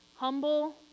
Humble